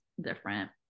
different